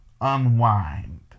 unwind